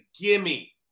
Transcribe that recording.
gimme